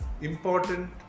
important